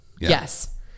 Yes